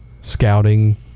scouting